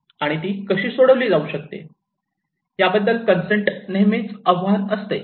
आणि ती कशी सोडविली जाऊ शकते याबद्दल कन्सेंट नेहमीच आव्हान असते